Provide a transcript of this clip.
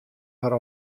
har